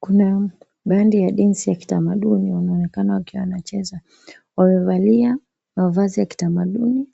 Kuna bandi ya densi ya kitamaduni wanaonekana wakiwa wanacheza, wamevalia mavazi ya kitamaduni